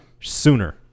sooner